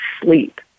sleep